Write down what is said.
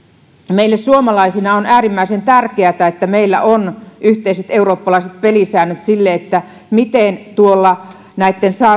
meille suomalaisina on äärimmäisen tärkeätä että meillä on yhteiset eurooppalaiset pelisäännöt sille miten näitten